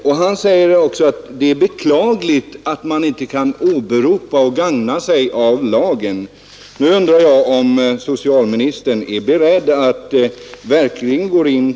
Han anser också att det är beklagligt att man inte kan åberopa och gagna sig av lagen.